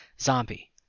Zombie